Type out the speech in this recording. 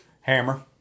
Hammer